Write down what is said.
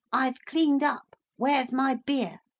i've cleaned up. where's my beer?